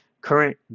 current